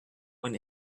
when